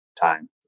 time